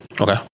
Okay